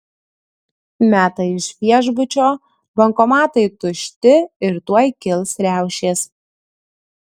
meta iš viešbučio bankomatai tušti ir tuoj kils riaušės